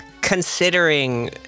considering